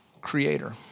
Creator